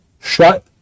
shut